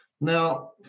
Now